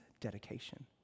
dedication